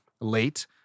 late